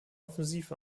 offensiv